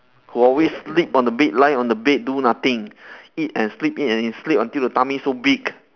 who always sleep on the bed lie on the bed do nothing eat and sleep eat and sleep until the tummy so big